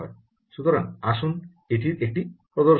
সুতরাং আসুন এটির একটি প্রদর্শন দেখি